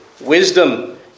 Wisdom